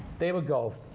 they would go